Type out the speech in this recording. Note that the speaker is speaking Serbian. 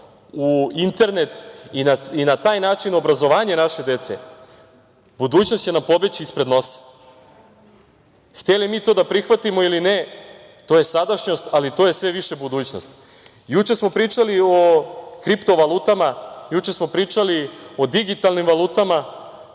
u internet i na taj način na obrazovanje naše dece, budućnost će nam pobeći ispred nosa. Hteli mi to da prihvatimo ili ne, to je sadašnjost, ali to je sve više budućnost. Juče smo pričali o kriptovalutama, juče smo pričali o digitalnim valutama.